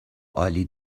عالی